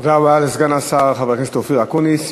תודה רבה לסגן השר חבר הכנסת אופיר אקוניס.